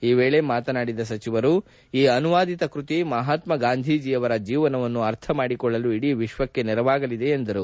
ಈ ವೇಳಿ ಮಾತನಾಡಿದ ಸಚಿವರು ಈ ಅನುವಾದಿತ ಕೃತಿ ಮಹಾತ್ಮಾ ಗಾಂಧೀಜಿಯವರ ಜೀವನವನ್ನು ಅರ್ಥ ಮಾಡಿಕೊಳ್ಳಲು ಇಡೀ ವಿಶ್ವಕ್ಕೆ ನೆರವಾಗಲಿದೆ ಎಂದರು